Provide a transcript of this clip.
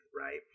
right